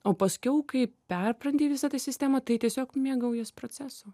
o paskiau kai perpranti visą tą sistemą tai tiesiog mėgaujies procesu